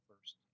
first